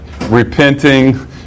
repenting